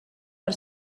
per